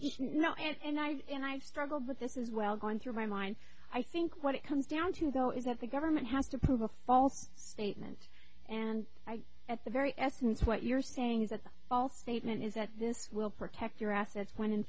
now and i and i struggled with this is well going through my mind i think what it comes down to though is that the government has to prove a false statement and i at the very essence what you're saying is that false statement is that this will protect your assets when in